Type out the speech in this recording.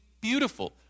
beautiful